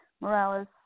Morales